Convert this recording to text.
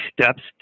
steps